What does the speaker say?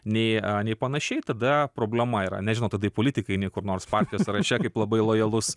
nė a nei panašiai tada problema yra nežino tada politikai eini kur nors partijos sąraše kaip labai lojalus